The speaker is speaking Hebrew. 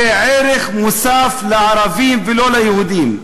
זה ערך מוסף לערבים ולא ליהודים.